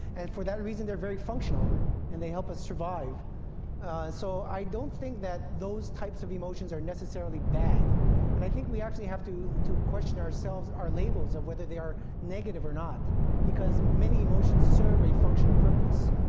and for that reason they are very functional and they help us survive. and so i don't think that those types of emotions are necessarily bad, and i think we have to to question ourselves, our labels, on whether they are negative or not because many emotions serve a functional purpose.